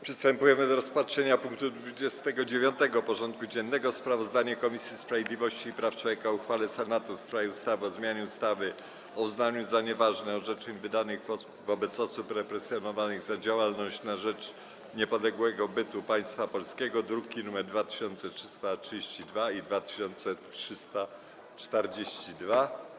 Przystępujemy do rozpatrzenia punktu 29. porządku dziennego: Sprawozdanie Komisji Sprawiedliwości i Praw Człowieka o uchwale Senatu w sprawie ustawy o zmianie ustawy o uznaniu za nieważne orzeczeń wydanych wobec osób represjonowanych za działalność na rzecz niepodległego bytu Państwa Polskiego (druki nr 2332 i 2342)